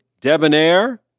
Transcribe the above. debonair